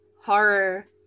horror